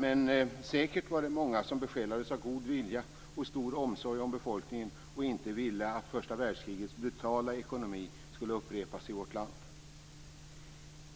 Men det var säkert många som besjälades av en god vilja och en stor omsorg om befolkningen och inte ville att första världskrigets brutala ekonomi skulle upprepas i vårt land.